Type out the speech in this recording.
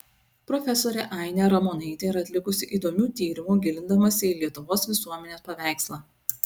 profesorė ainė ramonaitė yra atlikusi įdomių tyrimų gilindamasi į lietuvos visuomenės paveikslą